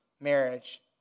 marriage